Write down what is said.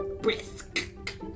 brisk